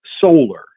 solar